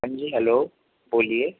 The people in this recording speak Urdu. ہاں جی ہیلو بولیے